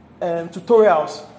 tutorials